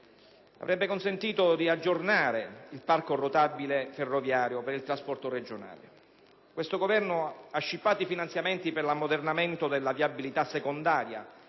avrebbe consentito di aggiornare il parco rotabile ferroviario per il trasporto regionale. Questo Governo ha scippato i finanziamenti per l'ammodernamento della viabilità secondaria,